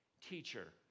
Teacher